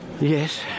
Yes